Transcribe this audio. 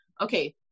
okay